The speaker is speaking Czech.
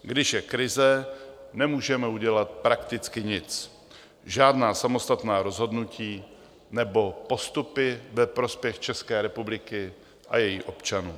Když je krize, nemůžeme udělat prakticky nic, žádná samostatná rozhodnutí nebo postupy ve prospěch České republiky a jejích občanů.